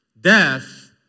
Death